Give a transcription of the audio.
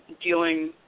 dealing